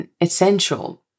essential